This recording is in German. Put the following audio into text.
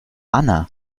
anna